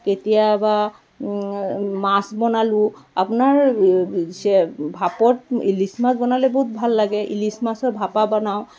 কেতিয়াবা মাছ বনালোঁ আপোনাৰ ভাপত ইলিশ মাছ বনালে বহুত ভাল লাগে ইলিশ মাছৰ ভাপা বনাওঁ